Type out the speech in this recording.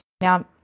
Now